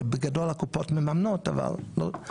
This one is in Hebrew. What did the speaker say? שבגדול הקופות מממנות אבל לא.